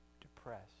depressed